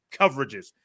coverages